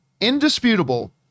indisputable